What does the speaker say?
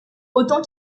autant